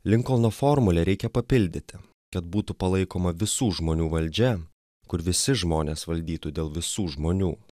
linkolno formulę reikia papildyti kad būtų palaikoma visų žmonių valdžia kur visi žmonės valdytų dėl visų žmonių